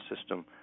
system